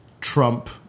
trump